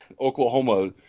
Oklahoma